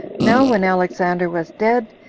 now when alexander was dead,